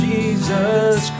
Jesus